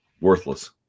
worthless